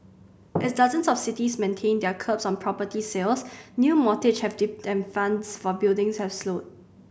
as dozens of cities maintain their curbs on property sales new mortgages have dipped and funds for building have slowed